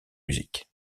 musique